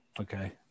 Okay